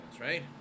right